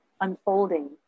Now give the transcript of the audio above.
unfolding